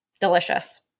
Delicious